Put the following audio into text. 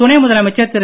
துணை முதலமைச்சர் திரு